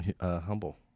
humble